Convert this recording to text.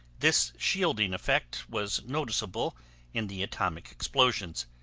this shielding effect was noticeable in the atomic explosions,